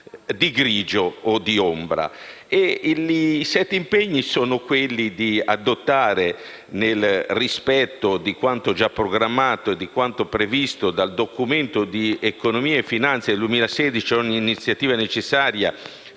Il primo impegno consiste nell'adottare, nel rispetto di quanto già programmato e di quanto previsto dal Documento di economia e finanza per il 2016, ogni iniziativa necessaria